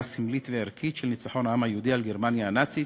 סמלית וערכית של ניצחון העם היהודי על גרמניה הנאצית,